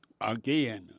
again